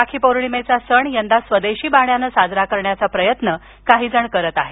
राखी पौर्णिमेचा सण यंदा स्वदेशी बाण्यानं साजरा करण्याचा प्रयत्न काहीजण करत आहेत